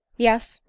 yes,